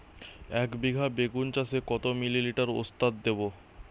একবিঘা বেগুন চাষে কত মিলি লিটার ওস্তাদ দেবো?